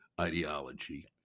ideology